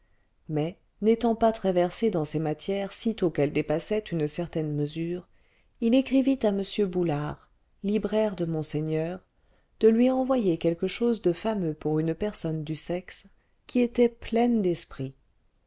mais n'étant pas très versé dans ces matières sitôt qu'elles dépassaient une certaine mesure il écrivit à m boulard libraire de monseigneur de lui envoyer quelque chose de fameux pour une personne du sexe qui était pleine d'esprit